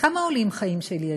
כמה עולים חיים של ילד?